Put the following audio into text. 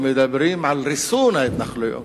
ומדברים על ריסון ההתנחלויות.